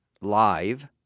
live